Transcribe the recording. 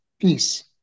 peace